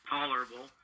tolerable